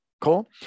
Cool